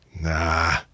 Nah